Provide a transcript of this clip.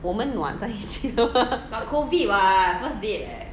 我们 nua 在一起 lor